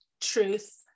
truth